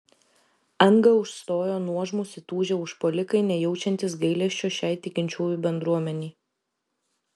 angą užstojo nuožmūs įtūžę užpuolikai nejaučiantys gailesčio šiai tikinčiųjų bendruomenei